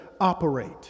operate